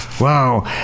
Wow